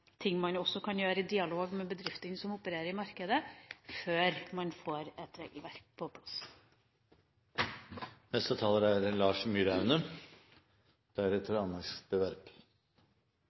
ting man kan gjøre i dialog med bedriftene som opererer i markedet, før man får et regelverk på plass.